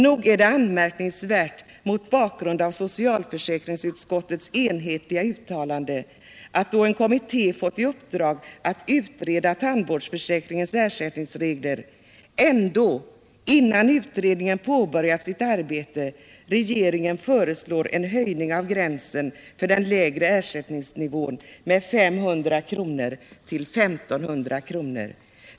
Nog är det anmärkningsvärt, mot bakgrund av socialförsäkringsutskottets enhälliga uttalande och då en kommitté fått i uppdrag att utreda tandvårdsförsäkringens ersättningsregler, att regeringen ändå — innan utredningen påbörjat sitt arbete — föreslår en höjning av gränsen för den lägre ersättningsnivån med 500 kr. till 1 500 kr.